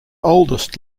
oldest